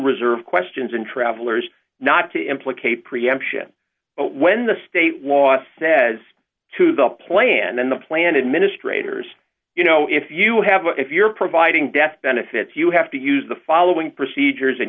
reserve questions and travelers not to implicate preemption when the state law says to the plan in the plan administrator is you know if you have if you're providing death benefits you have to use the following procedures and